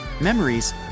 memories